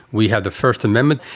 we have the first amendment.